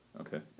Okay